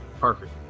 Perfect